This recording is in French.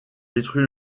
détruit